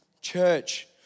Church